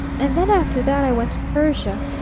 and then after that i went to persia.